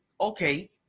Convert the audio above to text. okay